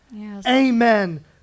amen